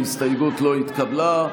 ההסתייגות לא התקבלה.